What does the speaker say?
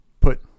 Put